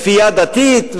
כפייה דתית,